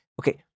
okay